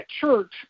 church